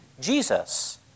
Jesus